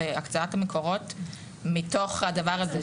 והקצאת מקורות מתוך הדבר הזה.